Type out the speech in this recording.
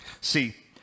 See